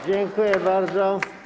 Dziękuję bardzo.